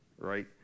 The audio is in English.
right